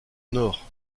nord